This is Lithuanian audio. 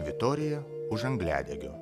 vitorija už angliadegio